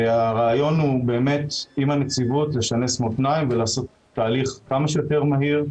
הרעיון הוא לשנס מותניים עם הנציבות ולעשות תהליך כמה שיותר מהיר,